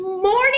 Morning